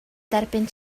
derbyn